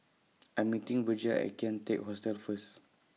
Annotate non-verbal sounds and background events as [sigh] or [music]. [noise] I'm meeting Virgia At Kian Teck Hostel First